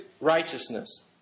righteousness